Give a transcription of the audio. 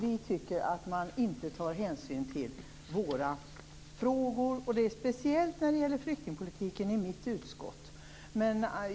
Vi tycker att man inte tar hänsyn till våra frågor, detta speciellt när det gäller flyktingpolitiken i mitt utskott.